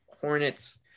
Hornets